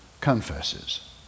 confesses